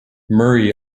murray